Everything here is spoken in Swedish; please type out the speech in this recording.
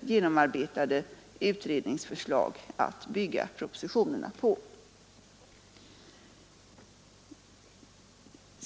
genomarbetade utredningsförslag att bygga propositionerna på.